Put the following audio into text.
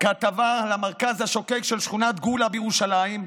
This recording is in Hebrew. כתבה על המרכז השוקק של שכונת גאולה בירושלים,